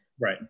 Right